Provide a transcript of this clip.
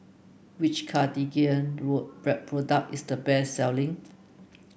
which Cartigain product is the best selling